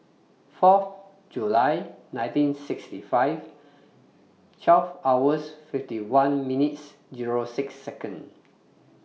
Fourth July nineteen sixty five twelve hours fifty one minutes Zero six Second